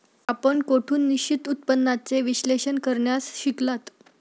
आपण कोठून निश्चित उत्पन्नाचे विश्लेषण करण्यास शिकलात?